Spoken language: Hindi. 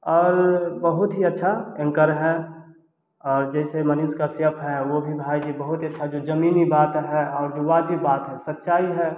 और बहुत ही अच्छा एंकर है और जैसे मनीष कश्यप हैं वह भी भाई जी बहुत ही अच्छा जो जमीनी बात है और जो वाजिब बात है सच्चाई है